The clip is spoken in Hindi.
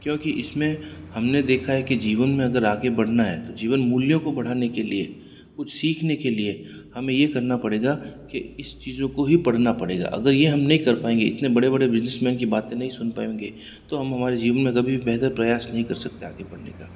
क्योंकि इस में हम ने देखा है कि जीवन में अगर आगे बढ़ाना है तो जीवन मूल्यों को बढ़ाने के लिए कुछ सीखने के लिए हमें ये करना पड़ेगा कि इस चीज़ों को ही पढ़ना पड़ेगा अगर ये हम नहीं कर पाएंगे इतने बड़े बड़े बिजनेसमैन की बातें नहीं सुन पाएंगे तो हम हमारे जीवन में कभी बेहतर प्रयास नहीं कर सकते आगे बढ़ने का